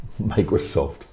Microsoft